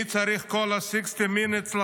מי צריך את כל ה-minutes 60,